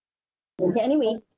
okay anyway